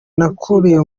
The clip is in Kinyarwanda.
nakuriye